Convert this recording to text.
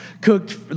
cooked